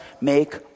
make